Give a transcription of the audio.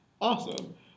Awesome